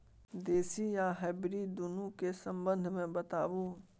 देसी आ हाइब्रिड दुनू के संबंध मे बताऊ?